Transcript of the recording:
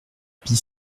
pie